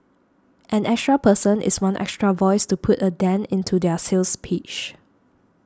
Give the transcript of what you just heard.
an extra person is one extra voice to put a dent into their sales pitch